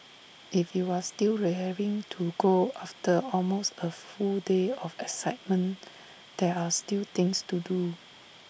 if you are still raring to go after almost A full day of excitement there are still things to do